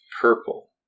Purple